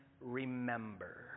remember